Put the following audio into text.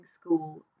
school